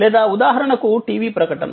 లేదా ఉదాహరణకు టీవీ ప్రకటన